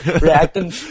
reacting